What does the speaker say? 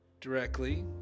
directly